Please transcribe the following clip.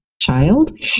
child